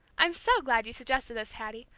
i'm so glad you suggested this, hattie.